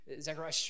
Zechariah